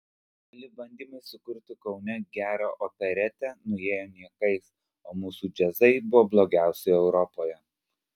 keli bandymai sukurti kaune gerą operetę nuėjo niekais o mūsų džiazai buvo blogiausi europoje